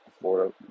Florida